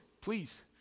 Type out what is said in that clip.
please